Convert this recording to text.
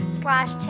slash